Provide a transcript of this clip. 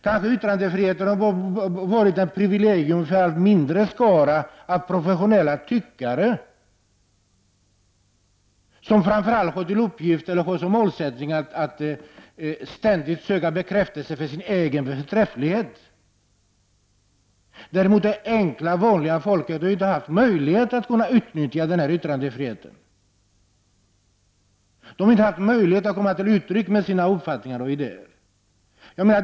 Kanske yttrandefriheten har varit ett privilegium för en allt mindre skara av professionella tyckare, som framför allt har som målsättning att ständigt söka bekräftelse på sin egen förträfflighet. Det vanliga, enkla folket har däremot inte haft möjlighet att utnyttja yttrandefriheten. Man har inte haft möjlighet att uttrycka sina uppfattningar och idéer.